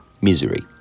Misery